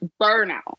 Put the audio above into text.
burnout